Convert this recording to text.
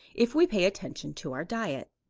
if we pay attention to our diet.